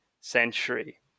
century